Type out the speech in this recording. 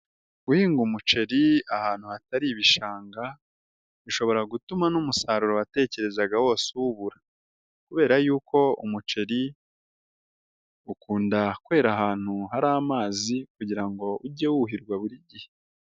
Guhinga umuceri ahantu hatari ibishanga bishobora gutuma n'umusaruro watekerezaga wose uwubura kubera yuko umuceri ukunda kwera ahantu hari amazi kugira ngo ujye wuhirwa buri gihe.